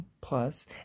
plus